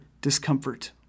discomfort